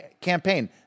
campaign